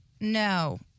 No